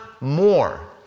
more